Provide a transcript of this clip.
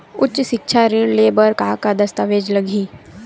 उच्च सिक्छा ऋण ले बर का का दस्तावेज लगही?